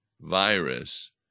virus